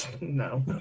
No